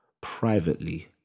privately